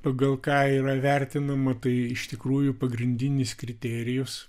pagal ką yra vertinama tai iš tikrųjų pagrindinis kriterijus